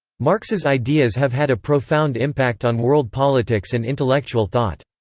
marx's ideas have had a profound impact on world politics and intellectual thought.